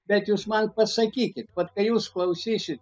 bet jūs man pasakykit kad kai jūs klausysit